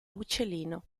uccellino